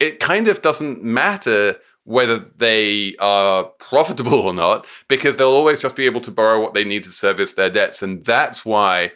it kind of doesn't matter whether they are profitable or not because they'll always just be able to borrow what they need to service their debts. and that's why